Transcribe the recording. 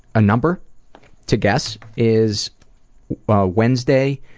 ah number to guess is wednesday,